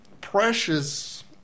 precious